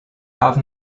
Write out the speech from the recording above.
have